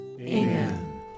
Amen